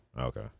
Okay